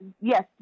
yes